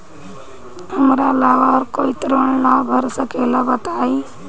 हमरा अलावा और कोई ऋण ना भर सकेला बताई?